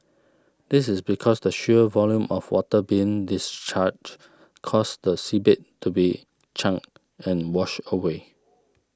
this is because the sheer volume of water being discharged causes the seabed to be churned and washed away